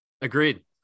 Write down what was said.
Agreed